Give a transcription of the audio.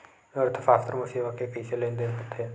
अर्थशास्त्र मा सेवा के कइसे लेनदेन होथे?